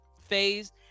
phase